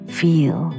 feel